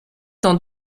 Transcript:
dans